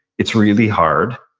it's really hard,